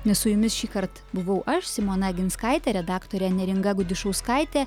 na su jumis šįkart buvau aš simona aginskaitė redaktorė neringa gudišauskaitė